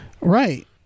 Right